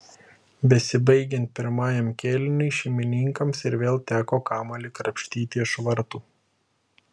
besibaigiant pirmajam kėliniui šeimininkams ir vėl teko kamuolį krapštyti iš vartų